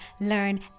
learn